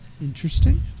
Interesting